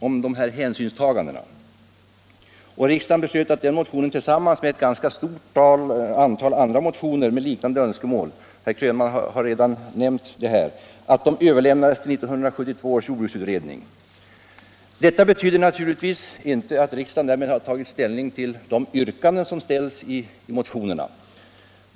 Riksdagen beslöt, som herr Krönmark redan nämnt, att den motionen tillsammans med ett ganska stort antal andra motioner med liknande önskemål skulle överlämnas till 1972 års jordbruksutredning. Därmed har naturligtvis inte riksdagen tagit ställning till de yrkanden som ställts i alla dessa motioner.